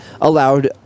allowed